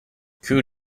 koo